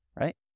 right